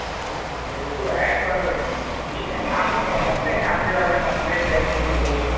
हाँ अरे वो तो है पर ठीक है ना आप समझते हैं आपके अलग कॉन्ट्रैक्ट है सभी लोगों से